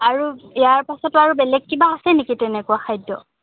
আৰু ইয়াৰ পাছতো আৰু বেলেগ কিবা আছে নেকি তেনেকুৱা খাদ্য